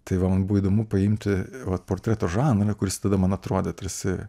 tai va man buvo įdomu paimti vat portreto žanrą kuris tada man atrodė tarsi